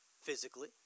physically